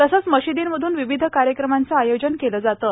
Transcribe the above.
तसंच मशिदींमधून विविध कार्यक्रमांचे आयोजन केले जाते